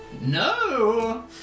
No